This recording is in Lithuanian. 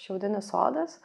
šiaudinis sodas